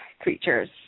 creatures